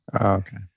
Okay